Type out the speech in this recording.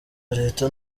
leta